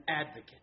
advocate